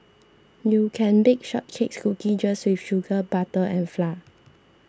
you can bake shortcake cookies just with sugar butter and flour